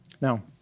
Now